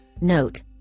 Note